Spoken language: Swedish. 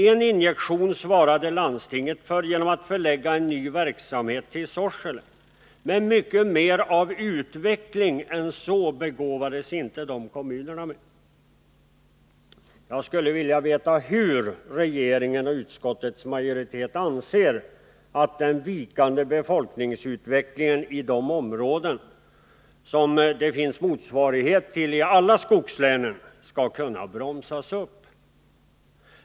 En injektion svarade landstinget för genom att förlägga en ny verksamhet till Sorsele. Men mycket mer av utveckling än så begåvades inte de kommunerna med. Jag skulle vilja veta hur regeringen och utskottets majoritet anser att den vikande befolkningsutvecklingen i dessa områden, som det finns motsvarighet till i alla skogslän, skall kunna bromsas upp.